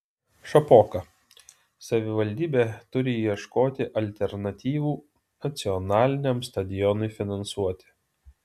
šapoka savivaldybė turi ieškoti alternatyvų nacionaliniam stadionui finansuoti